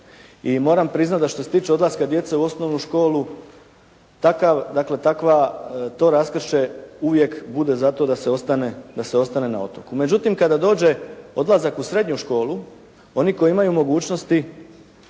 i moram priznati da što se tiče odlaska djece u osnovnu školu, dakle takva to raskršće uvijek bude za to da se ostane na otoku. Međutim kada dođe odlazak u srednju školu oni koji imaju mogućnosti